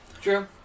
True